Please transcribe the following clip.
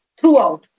throughout